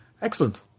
Excellent